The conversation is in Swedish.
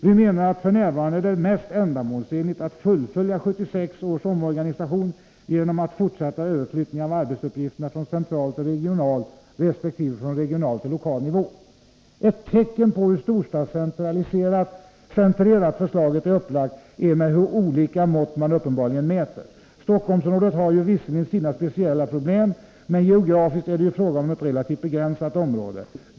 Vi menar att det f. n. är mest ändamålsenligt att fullfölja 1976 års omorganisation genom att fortsätta överflyttningen av arbetsuppgifter från central till regional resp. från regional till lokal nivå. Ett tecken på hur storstadscentrerat förslaget är upplagt är de olika mått man uppenbarligen mäter med. Stockholmsområdet har visserligen sina speciella problem, men geografiskt är det ju fråga om ett relativt begränsat område.